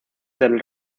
del